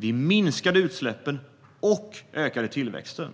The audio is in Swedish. Vi minskade utsläppen och ökade tillväxten.